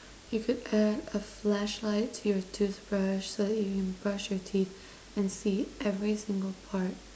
you could add a flashlight to your toothbrush so that you can brush your teeth and see every single part